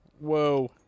Whoa